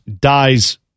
dies